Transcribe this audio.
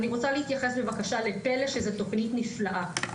אני רוצה להתייחס בבקשה לפל"א, שהיא תכנית נפלאה.